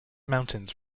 mountains